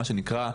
מה שנקרא,